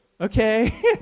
okay